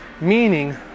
Meaning